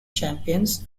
champions